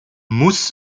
muss